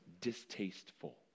distasteful